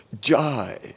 Jai